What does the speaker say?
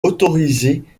autorisée